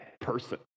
person